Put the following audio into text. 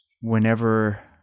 whenever